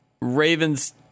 Ravens